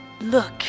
Look